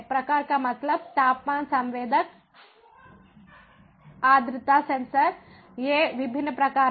प्रकार का मतलब तापमान संवेदक आर्द्रता सेंसर ये विभिन्न प्रकार हैं